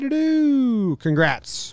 Congrats